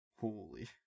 Holy